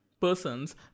persons